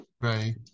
right